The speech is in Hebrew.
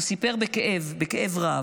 הוא סיפר בכאב רב,